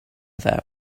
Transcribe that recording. that